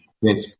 yes